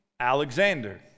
Alexander